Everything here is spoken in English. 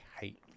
hate